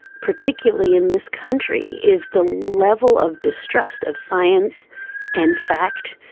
particularly in this country, is the level of distrust of science and fact.